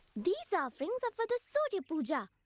these offerings are for the surya puja,